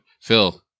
Phil